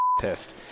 pissed